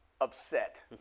Upset